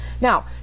Now